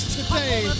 today